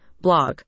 Blog